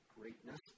greatness